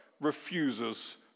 refuses